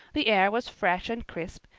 the air was fresh and crisp,